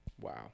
wow